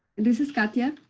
this is katia.